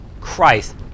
Christ